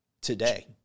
Today